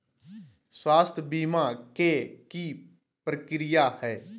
स्वास्थ बीमा के की प्रक्रिया है?